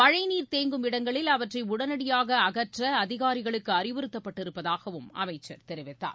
மழைநீர் தேங்கும் இடங்களில் அவற்றைஉடனடியாகஅகற்றஅதிகாரிகளுக்குஅறிவுறுத்தப்பட்டிருப்பதாகவும் அமைச்சர் தெரிவித்தார்